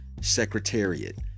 secretariat